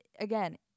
again